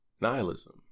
nihilism